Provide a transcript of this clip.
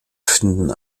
finden